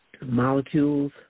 molecules